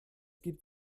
gibt